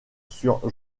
sur